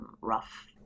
rough